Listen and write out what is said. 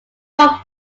from